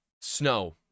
snow